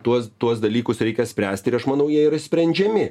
tuos tuos dalykus reikia spręsti ir aš manau jie yra išsprendžiami